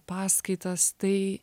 paskaitas tai